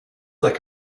like